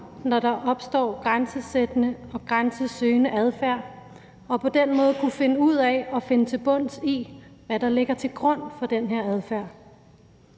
når der opstår grænsesættende og grænsesøgende adfærd, og på den måde kunne finde ud af og finde til bunds i, hvad der ligger til grund for den her adfærd.